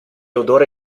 odore